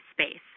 space